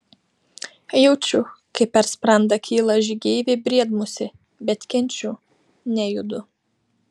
jaučiu kaip per sprandą kyla žygeivė briedmusė bet kenčiu nejudu